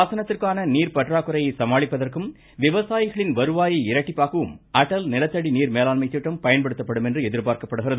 பாசனத்திற்கான நீர் பற்றாக்குறையை சமாளிப்பதற்கும் விவசாயிகளின் வருவாயை இரட்டிப்பாக்கவும் அட்டல் நிலத்தடி நீர் மேலாண்மைத் திட்டம் பயன்படுத்தப்படும் என்று எதிர்பார்க்கப்படுகிறது